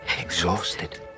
exhausted